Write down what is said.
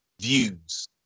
views